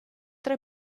tre